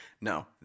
no